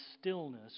stillness